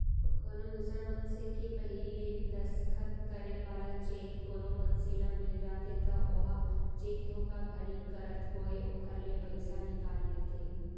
कोनो दूसर मनसे के पहिली ले दस्खत करे वाला चेक कोनो मनसे ल मिल जाथे त ओहा चेक धोखाघड़ी करत होय ओखर ले पइसा निकाल लेथे